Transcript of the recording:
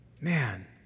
man